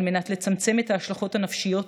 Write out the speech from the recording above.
על מנת לצמצם את ההשלכות הנפשיות,